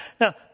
Now